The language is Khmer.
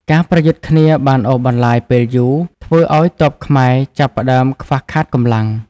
ការប្រយុទ្ធគ្នាបានអូសបន្លាយពេលយូរ ធ្វើឱ្យទ័ពខ្មែរចាប់ផ្ដើមខ្វះខាតកម្លាំង។